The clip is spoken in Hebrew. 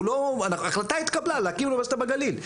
ההחלטה התקבלה להקים אוניברסיטה בגליל,